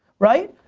right?